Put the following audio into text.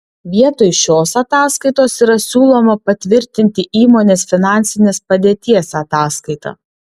vietoj šios ataskaitos yra siūloma patvirtinti įmonės finansinės padėties ataskaitą